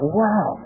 wow